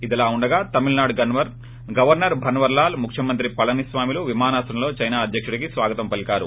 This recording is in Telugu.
ఇదిలా ఉండగా తమిళనాడు గవర్సర్ బన్వరీలాల్ ముఖ్యమంత్రి పళనిస్వామిలు విమానాశ్రయంలో చైనా అధ్యకుడికి స్వాగతం పలికారు